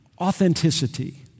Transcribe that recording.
Authenticity